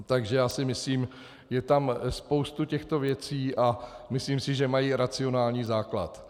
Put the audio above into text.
Takže si myslím, je tam spousta těchto věcí, a myslím si, že mají racionální základ.